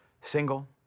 single